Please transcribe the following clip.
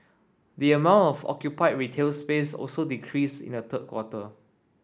the amount of occupied retail space also decreased in the third quarter